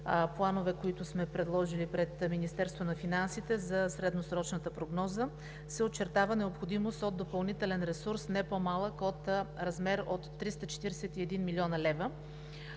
планове, които сме предложили пред Министерството на финансите за средносрочната прогноза, се очертава необходимост от допълнителен ресурс в размер не по-малък от 341 млн. лв.